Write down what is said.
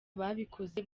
babikoze